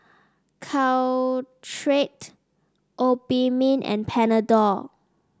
Caltrate Obimin and Panadol